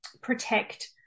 protect